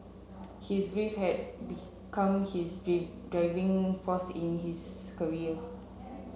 his grief had become his drive driving force in his career